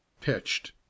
Pitched